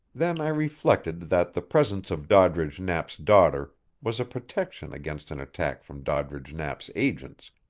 then i reflected that the presence of doddridge knapp's daughter was a protection against an attack from doddridge knapp's agents,